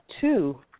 two